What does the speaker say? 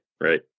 Right